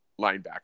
linebacker